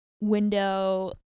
window